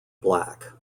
black